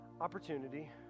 opportunity